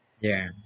ya